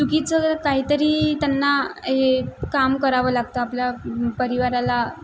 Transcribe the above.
चुकीचं काहीतरी त्यांना हे काम करावं लागतं आपल्या परिवाराला